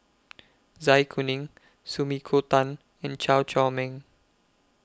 Zai Kuning Sumiko Tan and Chew Chor Meng